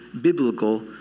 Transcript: biblical